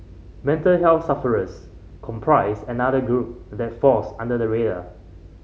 mental health sufferers comprise another group that falls under the radar